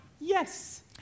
Yes